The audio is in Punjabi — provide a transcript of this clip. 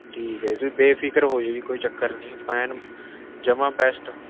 ਠੀਕ ਹੈ ਤੁਸੀਂ ਬੇਫ਼ਿਕਰ ਹੋ ਜਾਉ ਜੀ ਕੋਈ ਚੱਕਰ ਨਹੀਂ ਆਪਾਂ ਐਨ ਜਮਾਂ ਬੈਸਟ